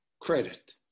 credit